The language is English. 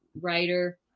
writer